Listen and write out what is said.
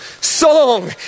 song